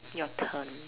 your turn